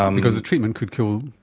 um because the treatment could kill,